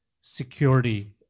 security